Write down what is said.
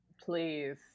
please